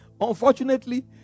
Unfortunately